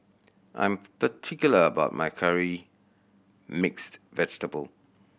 I'm particular about my Curry Mixed Vegetable